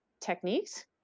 techniques